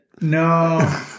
no